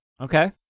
Okay